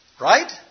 Right